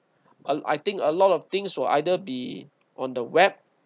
um I think a lot of things will either be on the web